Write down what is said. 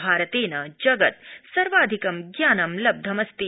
भारतेन जगत् सर्वाधिकं ज्ञानं लब्धमस्ति